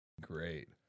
great